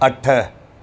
अठ